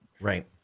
Right